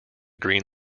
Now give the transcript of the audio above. green